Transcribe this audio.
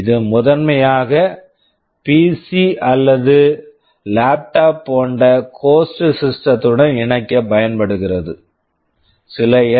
இது முதன்மையாக PC PC அல்லது லேப்டாப் laptop போன்ற ஹோஸ்ட் சிஸ்டம் host system த்துடன் இணைக்கப் பயன்படுகிறது சில எல்